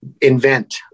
invent